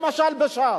למשל בש"ס,